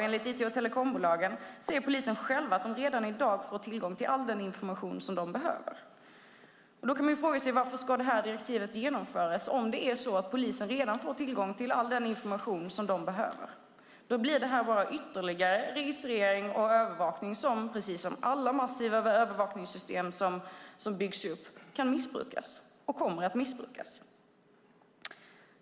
Enligt IT och telekombolagen säger poliserna själva att de redan i dag får tillgång till all den information som de behöver. Då kan man fråga sig varför det här direktivet ska genomföras, om det är så att polisen redan får tillgång till all den information som de behöver. Då blir det bara ytterligare registrering och övervakning som, precis som alla massiva övervakningssystem som byggs upp, kan missbrukas och kommer att missbrukas.